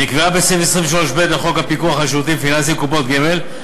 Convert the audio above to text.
נקבעה בסעיף 23(ב) לחוק הפיקוח על שירותים פיננסיים (קופות גמל),